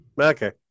Okay